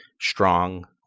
strong